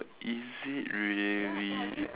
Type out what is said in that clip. is it really